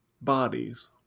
bodies